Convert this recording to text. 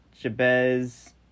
Jabez